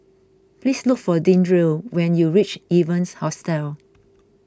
please look for Deandre when you reach Evans Hostel